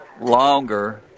longer